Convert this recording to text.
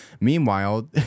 Meanwhile